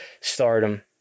Stardom